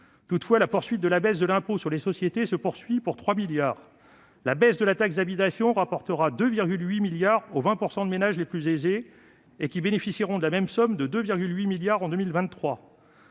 Toutefois, la baisse de l'impôt sur les sociétés se poursuit, pour 3 milliards d'euros. La baisse de la taxe d'habitation rapportera 2,8 milliards d'euros aux 20 % de ménages les plus aisés, lesquels bénéficieront de la même somme de 2,8 milliards d'euros